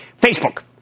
Facebook